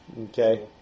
Okay